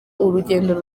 urugendo